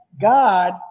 God